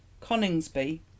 coningsby